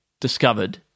discovered